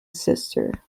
sister